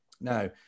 Now